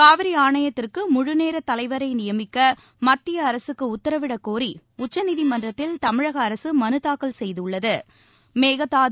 காவிரிஆணைத்திற்குமுழுநோத் தலைவரைநியமிக்கமத்தியஅரசுக்குஉத்தரவிடக் கோரிடச்சநீதிமன்றத்தில் தமிழகஅரசுமனுதாக்கல் செய்துள்ளது